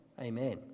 Amen